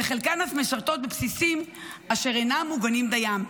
וחלקן אף משרתות בבסיסים אשר אינם מוגנים דיים,